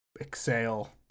exhale